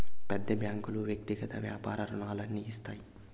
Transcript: పెద్ద బ్యాంకులు వ్యక్తిగత వ్యాపార రుణాలు అన్ని ఇస్తాయి